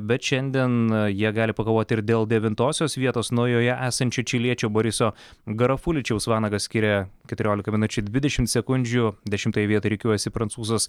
bet šiandien jie gali pakovot ir dėl devintosios vietos nuo joje esančio čiliečio boriso garafuličiaus vanagą skiria keturiolika minučių dvidešim sekundžių dešimtoje vietoje rikiuojasi prancūzas